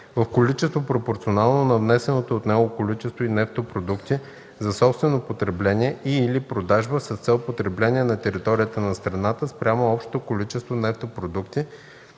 в количество, пропорционално на внесеното от него количество нефтопродукти за собствено потребление и/или продажба с цел потребление на територията на страната спрямо общото количество нефтопродукти,